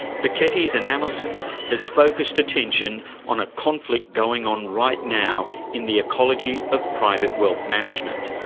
piketty's analysis has focussed attention on a conflict going on right now in the ecology of private wealth management,